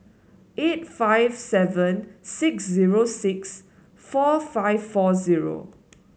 eight five seven six zero six four five four zero